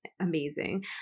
amazing